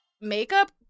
Makeup